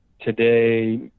today